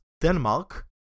Denmark